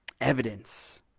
evidence